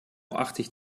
achtzig